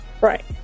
Right